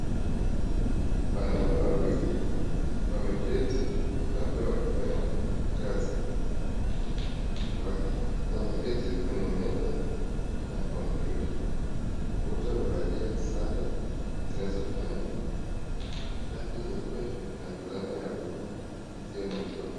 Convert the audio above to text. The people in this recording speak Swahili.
Wanaume wawili wameketi labda wakifanya kazi , wameketi kwenye meza na (cs) computer (cs), wote wamevalia sare zinazofanana , shati nyeupe na fulana ya bluu isiyo na mikono.